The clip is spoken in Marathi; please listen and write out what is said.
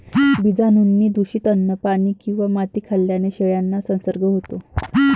बीजाणूंनी दूषित अन्न, पाणी किंवा माती खाल्ल्याने शेळ्यांना संसर्ग होतो